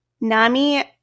NAMI